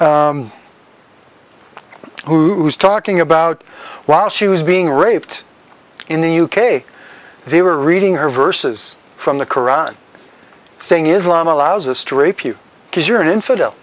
who's talking about while she was being raped in the u k they were reading or verses from the qur'an saying islam allows us to rape you because you're an infidel